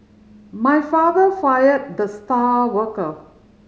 my father fired the star worker